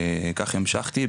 כך המשכתי,